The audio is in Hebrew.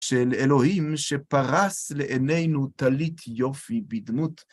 של אלוהים שפרס לעינינו טלית יופי בדמות.